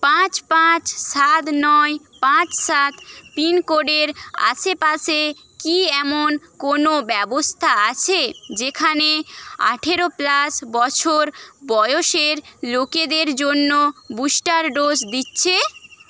পাঁচ পাঁচ সাত নয় পাঁচ সাত পিনকোডের আশেপাশে কি এমন কোনও ব্যবস্থা আছে যেখানে আঠেরো প্লাস বছর বয়সের লোকেদের জন্য বুস্টার ডোজ দিচ্ছে